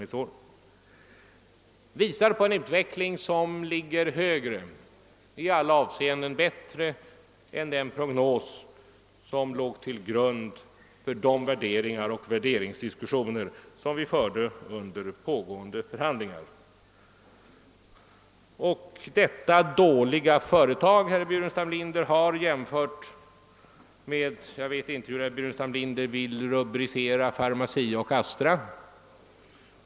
De siffrorna visar på en utveckling som i alla avseenden är bättre än den prognos som låg till grund för de värderingar och värderingsdiskussioner vi förde under förhandlingarna. Detta företag, som herr Burenstam Linder anser vara dåligt, har under det senaste verksamhetsåret redovisat en bättre resultatutveckling än Pharmacia och Astra.